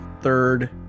third